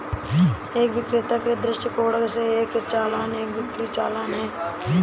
एक विक्रेता के दृष्टिकोण से, एक चालान एक बिक्री चालान है